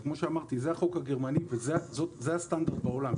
כמו שאמרתי, זה החוק הגרמני וזה הסטנדרט בעולם.